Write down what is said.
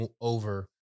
over